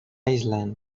island